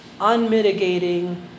unmitigating